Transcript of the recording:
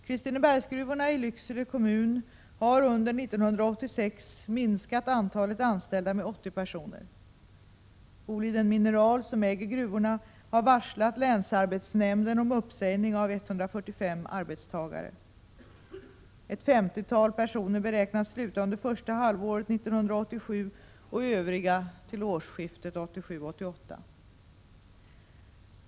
Kristinebergsgruvorna i Lycksele kommun har under 1986 minskat antalet anställda med 80 personer. Boliden Mineral, som äger gruvorna, har varslat länsarbetshämnden om uppsägning av 145 arbetstagare. Ett 50-tal personer beräknas sluta under första halvåret 1987 och övriga till årsskiftet 1987-1988.